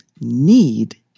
need